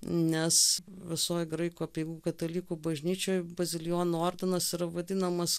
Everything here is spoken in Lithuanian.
nes visoj graikų apeigų katalikų bažnyčioj bazilijonų ordinas yra vadinamas